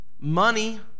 money